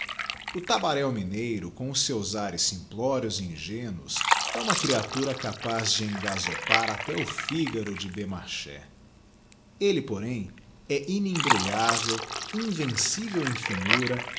o tabaréu mineiro com os seus ares simplórios e ingénuos é uma ereatura capaz de engazopar até o figaro de beaumarchais elle porém é immrwifiavez invencivelem finuta